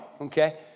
Okay